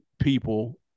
people